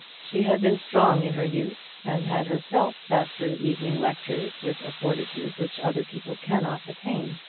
she had been strong in her youth, and had herself sat through evening lectures with a fortitude which other people cannot attain.